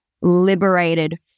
liberated